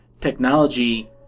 technology